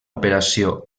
operació